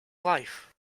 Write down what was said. life